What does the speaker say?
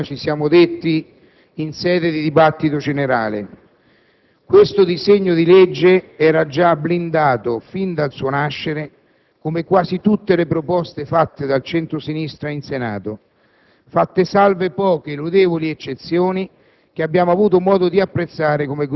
ancora l'esame degli emendamenti in Aula ha confermato quanto già ci siamo detti in sede di dibattito generale: questo disegno di legge era già blindato fin dal suo nascere, come quasi tutte le proposte fatte dal centro-sinistra in Senato,